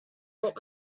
what